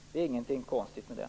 Det är ingenting konstigt med det.